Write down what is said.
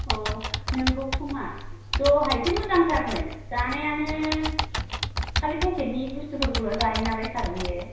नंगौ खोमा दहायसो मोजांथारमोन जानायानो खालि पेकेटनि बुस्तुखौल' जायो नालाय सार बियो